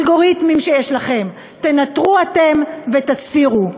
האלגוריתמים שיש לכם, תנטרו אתם ותסירו.